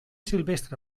silvestre